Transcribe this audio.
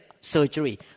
surgery